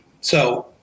So-